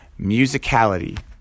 musicality